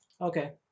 Okay